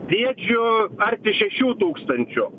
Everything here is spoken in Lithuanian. briedžių arti šešių tūkstančių